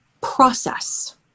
process